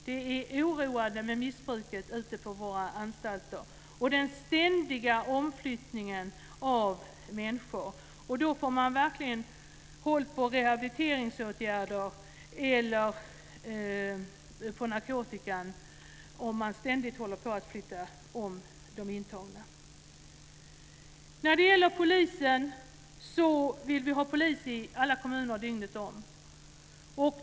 Det är oroande med missbruket ute på våra anstalter och den ständiga omflyttningen av människor. Man har inte kontroll på vare sig rehabiliteringsåtgärder eller narkotika om man ständigt håller på att flytta om de intagna. Vi vill ha poliser i alla kommuner dygnet runt.